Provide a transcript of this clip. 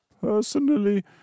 Personally